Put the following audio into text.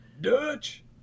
Dutch